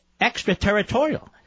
extraterritorial